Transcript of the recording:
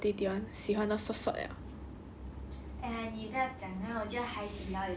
我觉得新加波人 hor 真的喜欢 bubble tea 喜欢到 sot sot liao